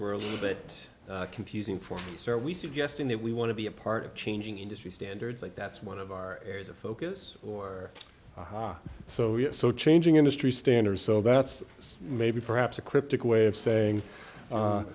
were a little bit confusing for a start we suggesting that we want to be a part of changing industry standards like that's one of our areas of focus or so yes so changing industry standards so that's maybe perhaps a cryptic way of saying